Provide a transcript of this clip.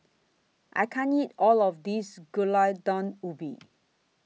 I can't eat All of This Gulai Daun Ubi